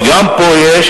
גם פה יש,